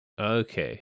Okay